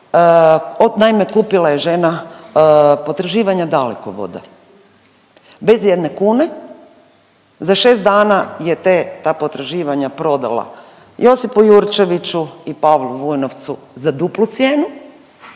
naime kupila je žena potraživanja Dalekovoda bez jedne kune, za 6 dana je te, ta potraživanja prodala Josipu Jurčeviću i Pavlu Vujnovcu za duplu cijenu,